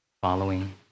following